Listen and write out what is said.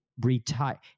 retire